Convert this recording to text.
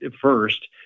first